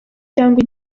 cyangwa